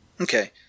Okay